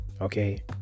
Okay